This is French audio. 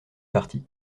parties